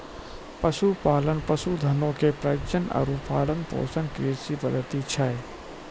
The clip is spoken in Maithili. पशुपालन, पशुधनो के प्रजनन आरु पालन पोषण के कृषि पद्धति छै